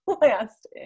last